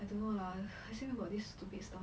I don't know lah I still got this stupid stuff